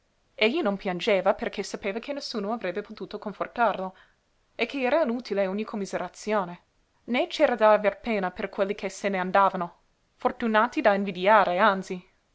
non piangeva perché sapeva che nessuno avrebbe potuto confortarlo e che era inutile ogni commiserazione né c'era da aver pena per quelli che se n'andavano fortunati da invidiare anzi